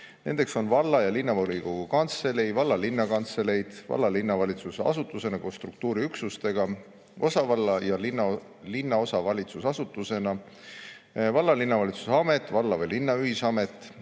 kuuluvad valla- ja linnavolikogu kantselei, valla- ja linnakantselei, valla- ja linnavalitsus asutusena koos struktuuriüksustega, osavalla- ja linnaosavalitsus asutusena, valla- ja linnavalitsuse amet, valla või linna ühisamet.